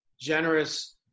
generous